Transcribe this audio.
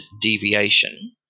deviation